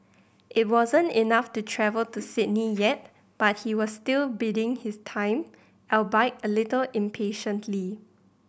it wasn't enough to travel to Sydney yet but he was still biding his time albeit a little impatiently